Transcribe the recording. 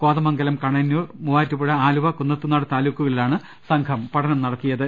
Kothamangalam Kanayannur Muvattupuzha Aluva Kunnathunad താലൂക്കുകളിലാണ് സംഘം പഠനം നടത്തിയത്